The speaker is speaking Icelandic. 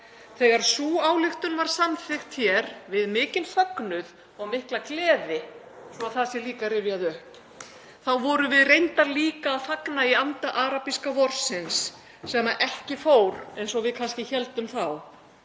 Þegar sú ályktun var samþykkt hér við mikinn fögnuð og mikla gleði, svo það sé líka rifjað upp, þá vorum við reyndar líka að fagna í anda arabíska vorsins sem ekki fór eins og við kannski héldum þá.